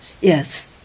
Yes